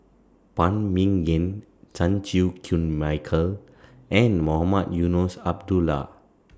Phan Ming Yen Chan Chew Koon Michael and Mohamed Eunos Abdullah